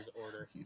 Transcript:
order